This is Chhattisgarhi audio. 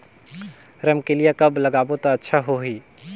रमकेलिया कब लगाबो ता अच्छा होही?